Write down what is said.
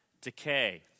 decay